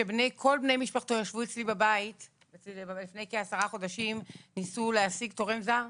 שכל בני משפחתו ישבו אצלי בבית לפני כעשרה חודשים וניסו להשיג תורם זר.